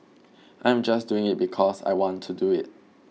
I am just doing it because I want to do it